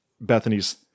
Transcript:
Bethany's